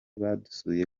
badusuye